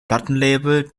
plattenlabel